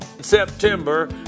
September